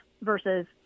versus